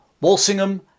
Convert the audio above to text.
Walsingham